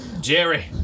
Jerry